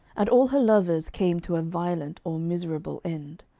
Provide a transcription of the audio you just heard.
and all her lovers came to a violent or miserable end.